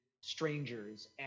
strangers